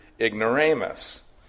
ignoramus